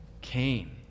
Cain